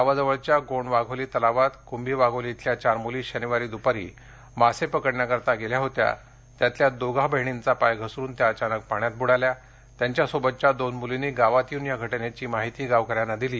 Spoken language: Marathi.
गावाजवळच्या गोंड वाघोली तलावामध्ये कृंभी वाघोली येथील चार मूली शनिवारी दुपारी मासे पकडण्याकरिता गेल्या होत्या त्यातल्या या दोघी बहिणींचा पाय घसरून त्या अचानक पाण्यात बुडाल्या त्यांच्यासोबतच्या दोन मुलींनी गावात येऊन या घटनेची माहिती गावक यांना दिली